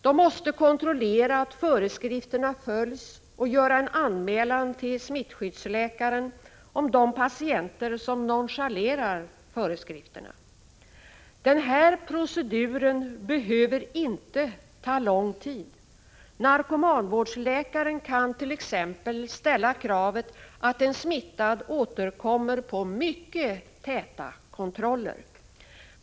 De måste kontrollera att föreskrifterna följs och göra en anmälan till smittskyddsläkaren om de patienter som nonchalerar föreskrifterna. Denna procedur behöver inte ta lång tid. Narkomanvårdsläkaren kan t.ex. ställa kravet att en smittad återkommer på mycket täta kontroller.